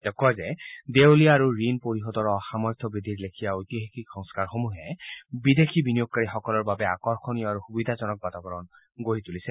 তেওঁ কয় যে দেওলীয়া আৰু ঋণ পৰিশোধৰ অসামৰ্থ্য বিধিৰ লেখীয়া ঐতিহাসিক সংস্কাৰ সমূহে বিদেশী বিনিয়োগকাৰীসকলৰ বাবে আকৰ্ষণীয় আৰু সুবিধাজনক বাতাবৰণ গঢ়ি তুলিছে